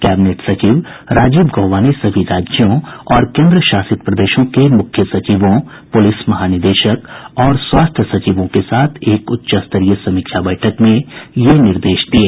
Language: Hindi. कैबिनेट सचिव राजीव गौबा ने सभी राज्यों और केंद्रशासित प्रदेशों के मुख्य सचिवों पुलिस महानिदेशक और स्वास्थ्य सचिवों के साथ एक उच्चस्तरीय समीक्षा बैठक में ये निर्देश दिये